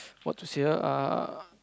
what to say ah uh